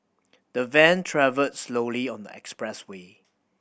the van travelled slowly on the expressway